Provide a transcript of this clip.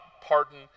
pardon